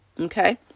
Okay